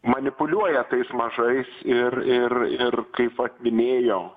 manipuliuoja tais mažais ir ir ir kaip vat minėjom